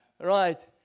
Right